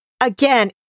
again